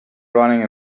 running